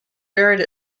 buried